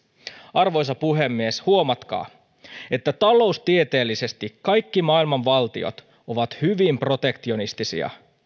arvoisa puhemies huomatkaa että taloustieteellisesti kaikki maailman valtiot ovat hyvin protektionistisia